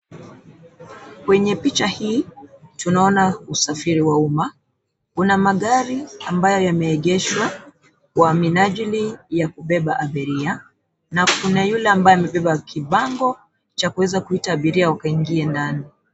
Kwenye picha hii, tunaona usafiri wa umma. Kuna magari, ambayo yameegeshwa, kwa minajili ya kubeba abiria, na kuna yule ambaye amebeba kibango, cha kuweza kuita abiria wakaingie ndani.